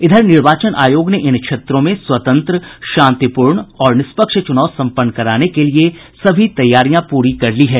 इधर निर्वाचन आयोग ने इन क्षेत्रों में स्वतंत्र शांतिपूर्ण और निष्पक्ष चुनाव संपन्न कराने के लिए सभी तैयारियां पूरी कर ली है